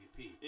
MVP